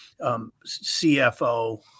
CFO